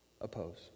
oppose